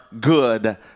good